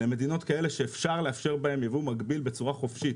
למדינות כאלה שאפשר לאפשר בהן יבוא מקביל בצורה חופשית,